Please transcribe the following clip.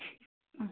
অঁ